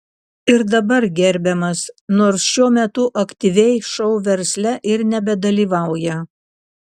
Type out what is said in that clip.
ir dabar gerbiamas nors šiuo metu aktyviai šou versle ir nebedalyvauja